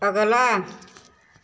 अगला